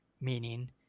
meaning